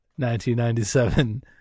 1997